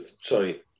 sorry